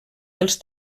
dels